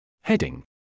Heading